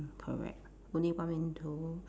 correct only one window